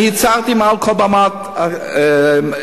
אני הצהרתי מעל כל במה ציבורית,